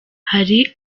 hari